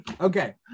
okay